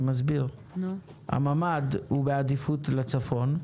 הממ"ד הוא בעדיפות לצפון.